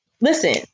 Listen